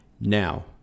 Now